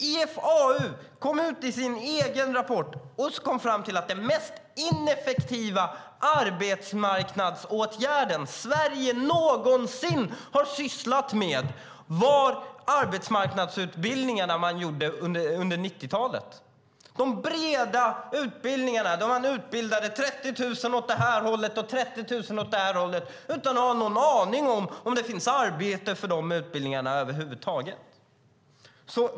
IFAU kom fram till i sin rapport att den mest ineffektiva arbetsmarknadsåtgärden som Sverige någonsin har sysslat med var arbetsmarknadsutbildningarna under 90-talet - de breda utbildningarna där man utbildade 30 000 åt ena hållet och 30 000 åt andra hållet utan att ha en aning om ifall det fanns arbete för de utbildningarna över huvud taget.